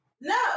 no